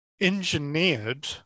engineered